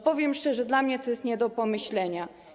Powiem szczerze: dla mnie to jest nie do pomyślenia.